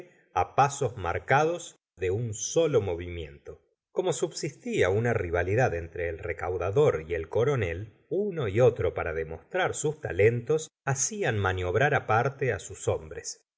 él pasos marcados de un solo movimiento como subsistía una rivalidad entre el recaudador y el coronel uno y otro para demostrar sus talentos hacían maniobrar aparte á sus hombres